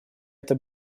эта